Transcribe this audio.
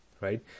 right